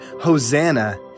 Hosanna